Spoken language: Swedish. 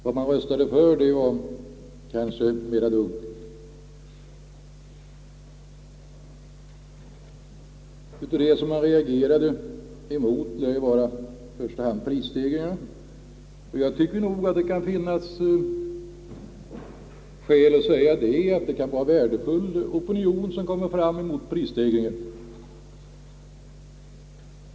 Vad man röstade för var kanske mera dunkelt. Det som man reagerade emot lär ha varit i första hand prisstegringarna. Jag tycker nog att det kan finnas skäl att säga att det kan vara en värdefull opinion som kom fram mot prisstegringarna.